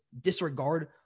disregard